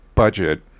budget